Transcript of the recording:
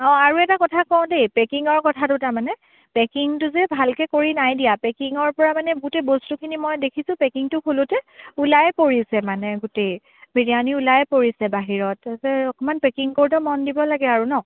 অ' আৰু এটা কথা কওঁ দেই পেকিঙৰ কথাটো তাৰমানে পেকিঙটো যে ভালকৈ কৰি নাই দিয়া পেকিঙৰ পৰা মানে গোটেই বস্তুখিনি মই দেখিছোঁ পেকিঙটো খোলোতে ওলাই পৰিছে মানে গোটেই বিৰিয়ানী ওলাই পৰিছে বাহিৰত তাৰপিছতে অকণমান পেকিং কৰোতে মন দিব লাগে আৰু ন